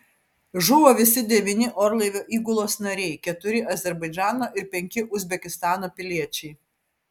žuvo visi devyni orlaivio įgulos nariai keturi azerbaidžano ir penki uzbekistano piliečiai